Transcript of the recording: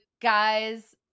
guys